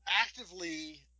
actively